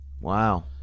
Wow